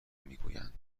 میگویند